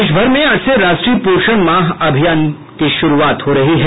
देशभर में आज से राष्ट्रीय पोषण माह अभियान की श्रूआत हो रही है